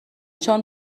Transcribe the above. چون